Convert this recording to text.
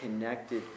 connected